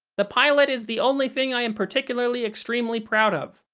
the pilot is the only thing i am particularly, extremely proud of.